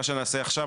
מה שנעשה עכשיו,